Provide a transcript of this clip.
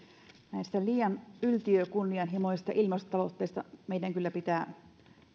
näistä liian yltiökunnianhimoisista ilmastotavoitteista meidän kyllä pitää